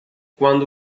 quando